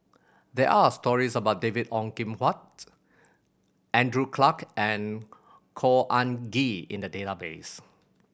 there are stories about David Ong Kim Huat Andrew Clarke and Khor Ean Ghee in the database